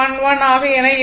11 என இருக்கும்